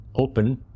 open